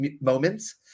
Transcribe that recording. moments